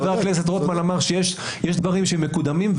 חבר הכנסת רוטמן אמר שיש דברים שמקודמים,